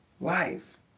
life